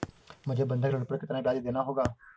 मुझे बंधक ऋण पर कितना ब्याज़ देना होगा?